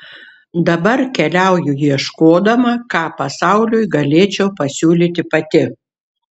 dabar keliauju ieškodama ką pasauliui galėčiau pasiūlyti pati